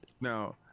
Now